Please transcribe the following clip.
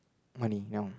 money now